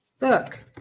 Look